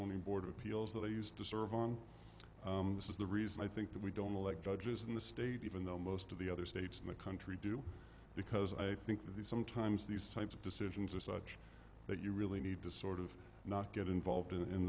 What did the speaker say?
only board of appeals that they used to serve on this is the reason i think that we don't elect judges in the state even though most of the other states in the country do because i think the sometimes these types of decisions are such that you really need to sort of not get involved in